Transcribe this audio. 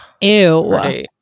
Ew